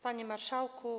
Panie Marszałku!